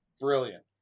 Brilliant